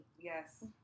Yes